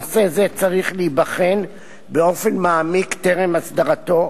נושא זה צריך להיבחן באופן מעמיק טרם הסדרתו,